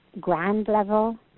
grand-level